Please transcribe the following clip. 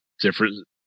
different